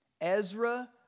Ezra